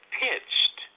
pitched